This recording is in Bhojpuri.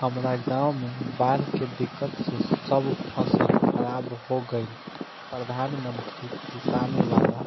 हमरा गांव मे बॉढ़ के दिक्कत से सब फसल खराब हो गईल प्रधानमंत्री किसान बाला